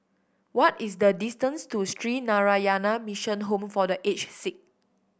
what is the distance to Sree Narayana Mission Home for The Aged Sick